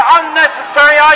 unnecessary